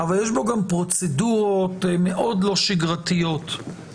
אבל יש בו גם פרוצדורות מאוד לא שגרתיות במערכת